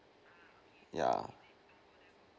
yeah